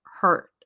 hurt